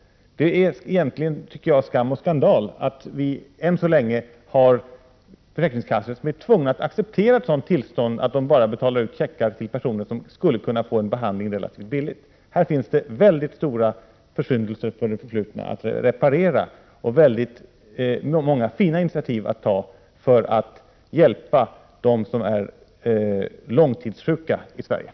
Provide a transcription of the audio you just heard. Det är egentligen skam och skandal att vi än så länge har försäkringskassor som är tvungna att acceptera ett sådant tillstånd att man bara betalar ut checkar till personer som skulle kunna få en behandling relativt billigt. Det finns väldigt stora försyndelser från det förflutna att reparera och också väldigt många fina initiativ att ta för att hjälpa dem som är långtidssjuka i Sverige.